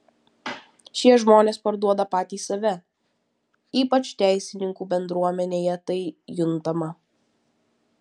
šie žmonės parduoda patys save ypač teisininkų bendruomenėje tai juntama